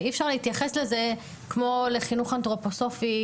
ואי אפשר להתייחס לזה כמו לחינוך אנטרופוסופי,